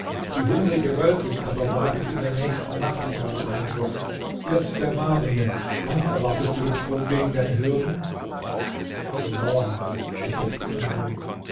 die hungrige wölfin aber wagt in der nächsten nacht neuen einbruch hirt der marvinge wann erwartest du den sprung gegen deine hürden zu morgen versetzte ingo